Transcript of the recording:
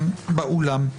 באולם.